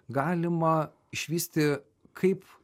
galima išvysti kaip